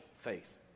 faith